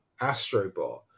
Astrobot